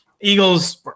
eagles